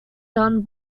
done